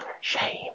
Shame